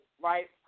right